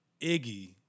Iggy